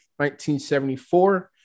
1974